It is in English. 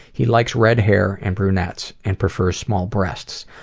he likes red hair and brunettes. and prefers small breasts.